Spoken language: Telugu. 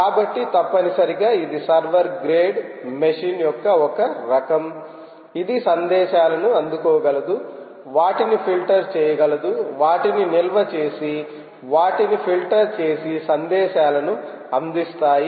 కాబట్టి తప్పనిసరిగా ఇది సర్వర్ గ్రేడ్ మెషీన్ యొక్క ఒక రకం ఇది సందేశాలను అందుకోగలదు వాటిని ఫిల్టర్ చేయగలదు వాటిని నిల్వ చేసి వాటిని ఫిల్టర్ చేసి సందేశాలను అందిస్తాయి